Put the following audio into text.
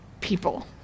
people